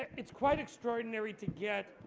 it's quite extraordinary to get